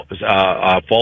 false